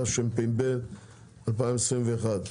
התשפ"ב - 2021 (מ/1472).